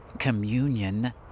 communion